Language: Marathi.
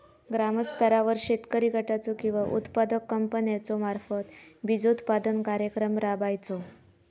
ग्रामस्तरावर शेतकरी गटाचो किंवा उत्पादक कंपन्याचो मार्फत बिजोत्पादन कार्यक्रम राबायचो?